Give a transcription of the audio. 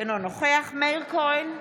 אינו נוכח מאיר כהן,